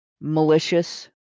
malicious